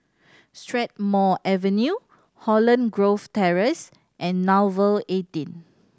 Strathmore Avenue Holland Grove Terrace and Nouvel eighteen